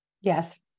Yes